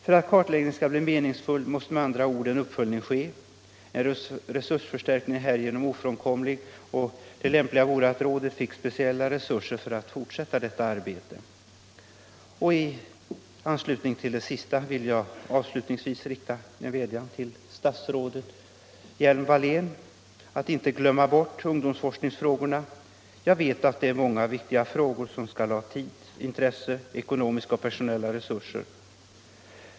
För att kartläggningen skall bli meningsfull måste med andra ord en uppföljning ske. En resursförstärkning är härigenom ofrånkomlig, och det lämpliga vore att rådet fick speciella resurser för att fortsätta detta arbete. I anslutning till det sistnämnda vill jag avslutningsvis rikta en vädjan till statsrådet Hjelm-Wallén att inte glömma bort ungdomsforskningsfrågorna. Jag vet att det är många viktiga frågor som skall ha tid, intresse, personella och ekonomiska resurser m.m.